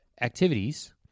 activities